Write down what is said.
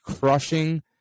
crushing